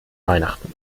weihnachten